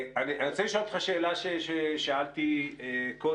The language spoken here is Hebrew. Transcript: אני רוצה לשאול אותך שאלה ששאלתי קודם.